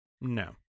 no